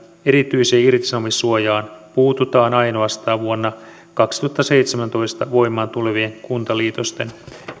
erityiseen irtisanomissuojaan puututaan ainoastaan vuonna kaksituhattaseitsemäntoista voimaan tulevien kuntaliitosten